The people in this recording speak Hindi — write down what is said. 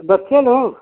बच्चे ना